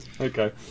Okay